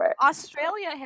Australia